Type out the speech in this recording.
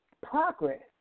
progress